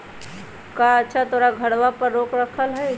कअच्छा तोहर घरवा पर रेक रखल हई?